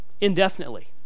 indefinitely